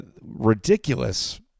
Ridiculous